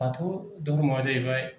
बाथौ धरम'आ जाहैबाय